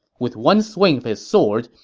with one swing of his sword,